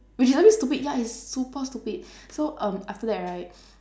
which is a bit stupid ya it's super stupid so um after that right